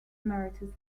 emeritus